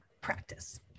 practice